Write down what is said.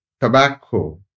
Tobacco